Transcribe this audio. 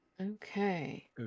Okay